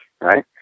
right